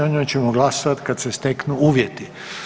O njoj ćemo glasovati kad se steknu uvjeti.